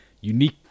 unique